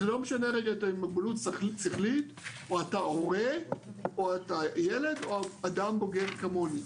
זה לא משנה אם המוגבלות שכלית או אתה הורה או ילד או אדם בוגר כמוני,